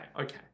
okay